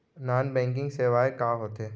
Non banking सेवाएं का होथे?